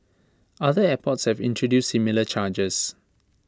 other airports have introduced similar charges